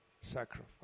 sacrifice